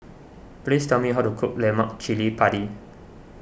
please tell me how to cook Lemak Cili Padi